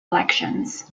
elections